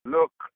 Look